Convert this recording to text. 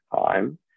time